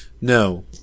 No